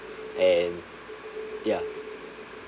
and ya